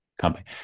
company